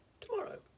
tomorrow